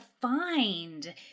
find